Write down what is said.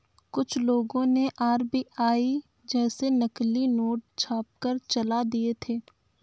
कुछ लोगों ने आर.बी.आई जैसे नकली नोट छापकर चला दिए थे